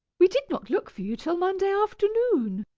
we did not look for you till monday afternoon.